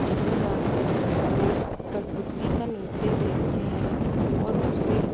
जहाँ जाकर लोग कठपुतली का नृत्य देखते हैं और उसे